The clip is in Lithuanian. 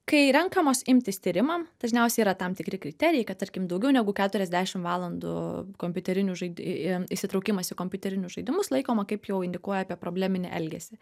kai renkamos imtis tyrimam dažniausiai yra tam tikri kriterijai kad tarkim daugiau negu keturiasdešimt valandų kompiuterinių žaidi e įsitraukimas į kompiuterinius žaidimus laikoma kaip jau indikuoja apie probleminį elgesį